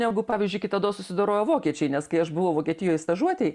negu pavyzdžiui kitados susidorojo vokiečiai nes kai aš buvau vokietijoj stažuotėj